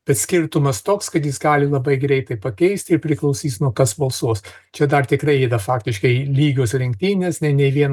bet skirtumas toks kad jis gali labai greitai pakeisti ir priklausys nuo kas balsuos čia dar tikrai yra faktiškai lygios lenktynės nei vienas iš tikrųjų